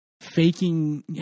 Faking